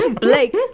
Blake